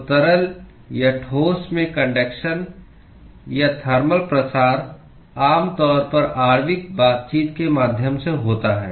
तो तरल या ठोस में कन्डक्शन या थर्मल प्रसार आम तौर पर आणविक बातचीत के माध्यम से होता है